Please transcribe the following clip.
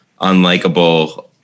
unlikable